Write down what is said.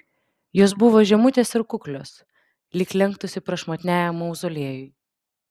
jos buvo žemutės ir kuklios lyg lenktųsi prašmatniajam mauzoliejui